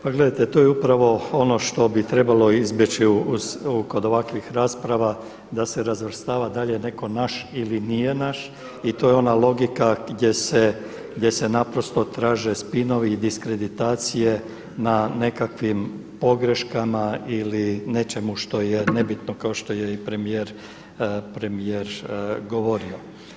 Pa gledajte, to je upravo ono što bi trebalo izbjeći kod ovakvih rasprava da se razvrstava da li je netko naš ili nije naš i to je ona logika gdje se naprosto traže spinovi i diskreditacije na nekakvim pogreškama ili nečemu što je nebitno kao što je i premijer govorio.